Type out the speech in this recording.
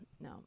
No